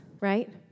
right